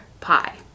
pie